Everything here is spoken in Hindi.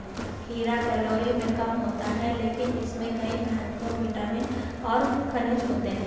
खीरा कैलोरी में कम होता है लेकिन इसमें कई महत्वपूर्ण विटामिन और खनिज होते हैं